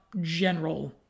general